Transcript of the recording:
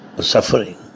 Suffering